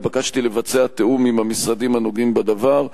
התבקשתי לבצע תיאום עם המשרדים הנוגעים בדבר.